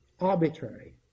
arbitrary